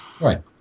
Right